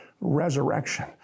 resurrection